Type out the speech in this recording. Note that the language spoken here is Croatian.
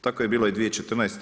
Tako je bilo i 2014.